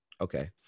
Okay